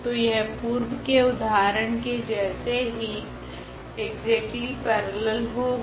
तो यह पूर्व के उदाहरण के जैसे ही एक्सेक्ट्ली पेरेलल होगा